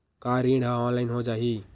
का ऋण ह ऑनलाइन हो जाही?